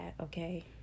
okay